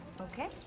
Okay